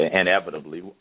inevitably